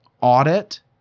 audit